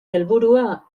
helburua